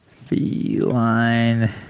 Feline